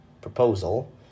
proposal